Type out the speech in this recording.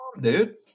Dude